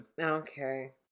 Okay